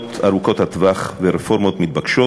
לפעולות ארוכות הטווח ורפורמות מתבקשות,